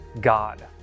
God